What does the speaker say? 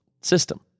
system